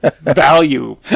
value